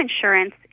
insurance